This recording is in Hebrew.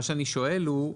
מה שאני שואל הוא,